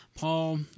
Paul